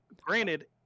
granted